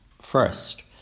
First